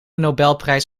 nobelprijs